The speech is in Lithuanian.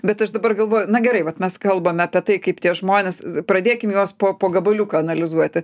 bet aš dabar galvoju na gerai vat mes kalbame apie tai kaip tie žmonės pradėkim juos po po gabaliuką analizuoti